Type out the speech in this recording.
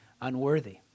unworthy